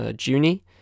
Junie